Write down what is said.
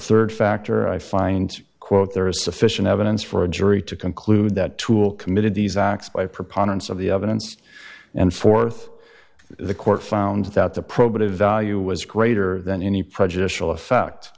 the rd factor i find quote there is sufficient evidence for a jury to conclude that tool committed these acts by a preponderance of the evidence and th the court found that the probative value was greater than any prejudicial effect